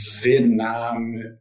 Vietnam